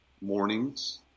mornings